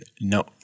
no